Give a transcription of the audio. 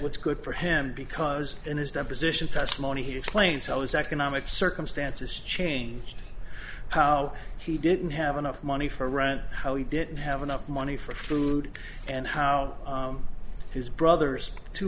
what's good for him because in his deposition testimony he explains how his economic circumstances changed how he didn't have enough money for rent how he didn't have enough money for food and how his brother's two